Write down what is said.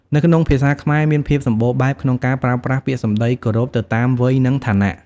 នៅក្នុងភាសាខ្មែរមានភាពសម្បូរបែបក្នុងការប្រើប្រាស់ពាក្យសំដីគោរពទៅតាមវ័យ និងឋានៈ។